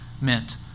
meant